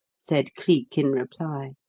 said cleek in reply.